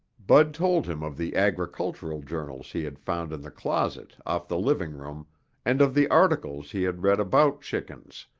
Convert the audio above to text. bud told him of the agricultural journals he had found in the closet off the living room and of the articles he had read about chickens,